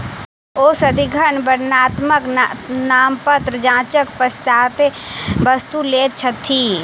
ओ सदिखन वर्णात्मक नामपत्र जांचक पश्चातै वस्तु लैत छथि